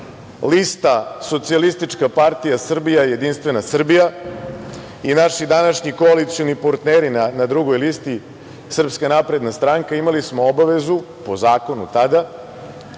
lista Socijalistička partija Srbije i Jedinstvena Srbija i naši današnji koalicioni partneri na drugoj listi SNS, imali smo obavezu po zakonu tada